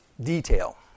detail